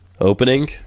Opening